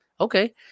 Okay